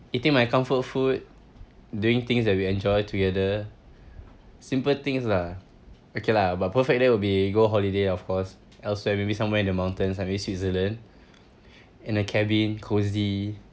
eating my comfort food doing things that we enjoy together simple things lah okay lah my perfect day will be go holiday of course elsewhere maybe somewhere in the mountains maybe switzerland in a cabin cosy